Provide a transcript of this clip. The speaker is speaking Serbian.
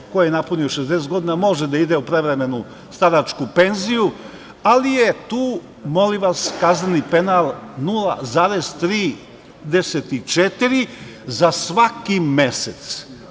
Ko je napunio 65 godina može da ide u prevremenu starosnu penziju, ali je tu kazneni penal 0,34% za svaki mesec.